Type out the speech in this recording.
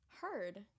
Heard